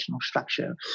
structure